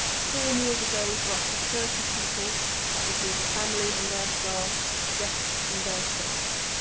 four meals a day for up to thirty people, that would be the family and their staff, guests and their staff.